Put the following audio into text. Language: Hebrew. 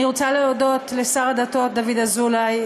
אני רוצה להודות לשר לשירותי דת דוד אזולאי,